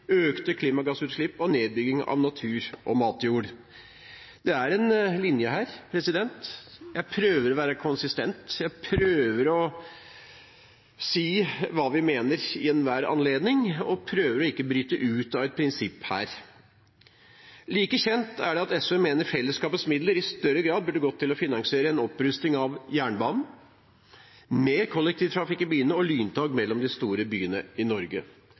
økte klimagassutslipp og nedbygging av natur og matjord. Det er en linje her. Jeg prøver å være konsistent. Jeg prøver å si hva vi mener i enhver anledning, og prøver å ikke bryte ut av et prinsipp her. Like kjent er det at SV mener at fellesskapets midler i større grad burde gå til å finansiere en opprustning av jernbanen, mer kollektivtrafikk i byene og lyntog mellom de store byene i Norge.